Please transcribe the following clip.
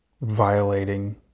violating